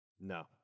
No